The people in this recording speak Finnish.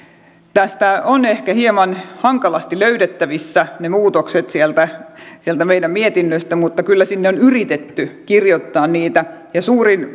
on ehkä hieman hankalasti löydettävissä ne muutokset sieltä sieltä meidän mietinnöstämme mutta kyllä sinne on yritetty kirjoittaa niitä